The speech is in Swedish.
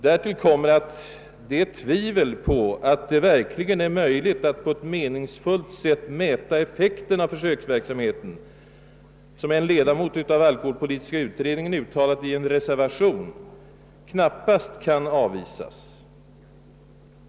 Därtill kommer att det tvivel på att det verkligen är möjligt att på ett meningsfullt sätt mäta effekten av försöksverksamheten, som en ledamot av alkoholpolitiska utredningen uttalat i en reservation, knappast kan avvisas.